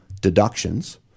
deductions